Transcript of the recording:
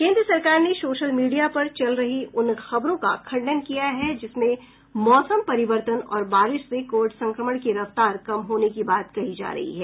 केन्द्र सरकार ने सोशल मीडिया पर चल रही उन खबरों का खंडन किया है जिसमें मौसम परिवर्तन और बारिश से कोविड संक्रमण की रफ्तार कम होने की बात कही जा रही है